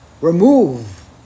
remove